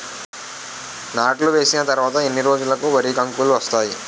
నాట్లు వేసిన తర్వాత ఎన్ని రోజులకు వరి కంకులు వస్తాయి?